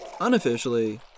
Unofficially